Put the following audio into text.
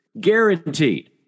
Guaranteed